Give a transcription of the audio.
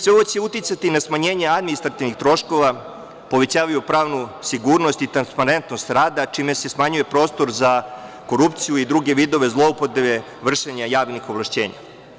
Sve ovo će uticati na smanjenje administrativnih troškova, povećavaju pravnu sigurnost i transparentnost rada, čime se smanjuje prostor za korupciju i druge vidove zloupotrebe vršenja javnih ovlašćenja.